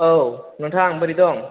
औ नोंथां बोरै दं